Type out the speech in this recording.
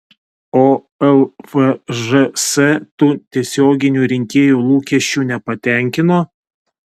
o lvžs tų tiesioginių rinkėjų lūkesčių nepatenkino